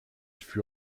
fut